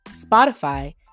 Spotify